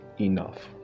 enough